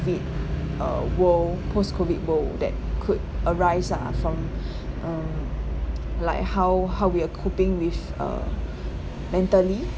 uh world post COVID world that could arise lah from um like how how we are coping with uh mentally